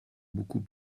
beaucoup